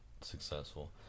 successful